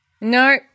No